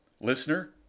Listener